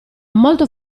molto